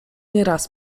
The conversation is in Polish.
nieraz